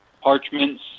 parchments